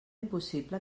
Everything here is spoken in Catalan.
impossible